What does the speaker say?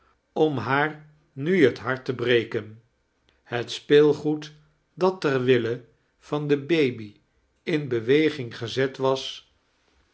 om haar nu het hart te breken het speelgoed dat tea wille van de baby in beweging gezet was